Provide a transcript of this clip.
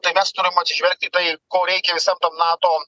tai mes turim atsižvelgti į tai ko reikia visam tam nato